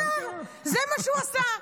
באוצר, זה מה שהוא עשה.